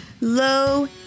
low